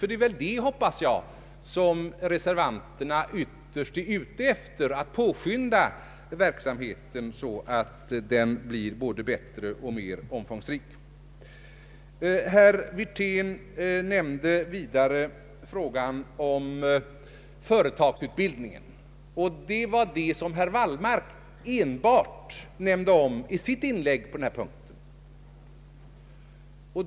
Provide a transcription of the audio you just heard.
Jag hoppas att det är det reservanterna är ute efter, nämligen att påskynda verksamheten så att den blir både bättre och mer omfångsrik. Herr Wirtén talade vidare om företagsutbildningen, och herr Wallmark talade enbart om den i sitt inlägg på denna punkt.